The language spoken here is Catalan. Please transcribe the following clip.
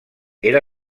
era